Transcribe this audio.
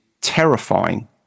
terrifying